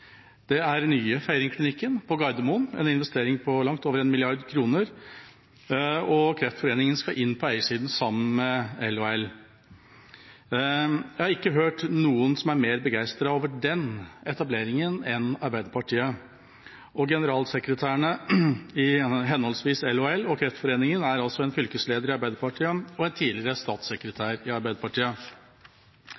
er den nye Feiringklinikken på Gardermoen, en investering på langt over 1 mrd. kr, og Kreftforeningen skal inn på eiersiden sammen med LHL. Jeg har ikke hørt noen som er mer begeistret over den etableringen enn Arbeiderpartiet, og generalsekretærene i henholdsvis LHL og Kreftforeningen er en fylkesleder i Arbeiderpartiet og en tidligere statssekretær i Arbeiderpartiet.